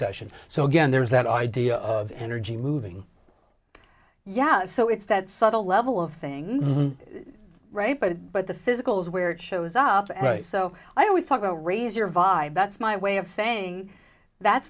session so again there's that idea of energy moving yeah so it's that subtle level of things right but but the physical is where it shows up and so i always talk about raise your vibe that's my way of saying that's